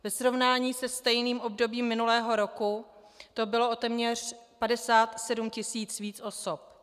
Ve srovnání se stejným obdobím minulého roku to bylo o téměř 57 tisíc víc osob.